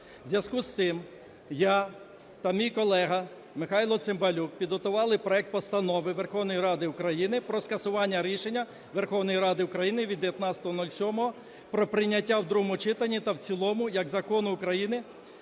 В зв'язку із цим я та мій колега Михайло Цимбалюк підготували проект Постанови Верховної Ради України про скасування рішення Верховної Ради України від 19.07 про прийняття у другому читанні та в цілому як закону України